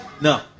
No